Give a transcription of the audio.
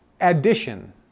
addition